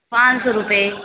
पाँच सौ रुपये